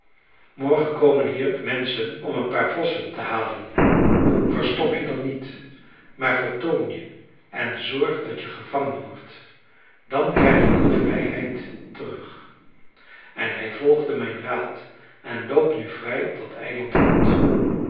morgen komen hier menschen om een paar vossen te halen verstop je dan niet maar vertoon je en zorg dat je gevangen wordt dan krijg je je vrijheid terug en hij volgde mijn raad en loopt nu vrij op dat eiland rond